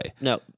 No